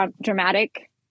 dramatic